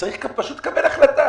וצריך פשוט לקבל החלטה